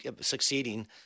succeeding